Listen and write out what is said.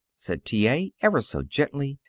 said t. a, ever so gently,